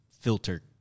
filter